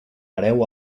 hereu